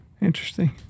interesting